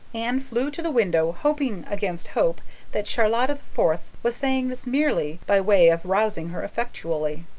anne flew to the window, hoping against hope that charlotta the fourth was saying this merely by way of rousing her effectually.